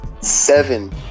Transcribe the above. seven